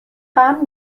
خواهم